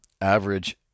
average